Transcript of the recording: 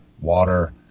water